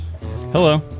Hello